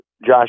Josh